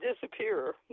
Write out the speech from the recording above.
disappear